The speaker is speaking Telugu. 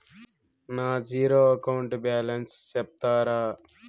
నా జీరో అకౌంట్ బ్యాలెన్స్ సెప్తారా?